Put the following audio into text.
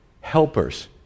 helpers